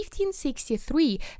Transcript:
1563